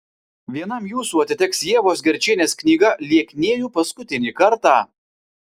vienam jūsų atiteks ievos gerčienės knyga lieknėju paskutinį kartą